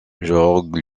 georg